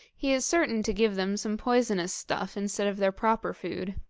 he is certain to give them some poisonous stuff instead of their proper food,